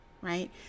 Right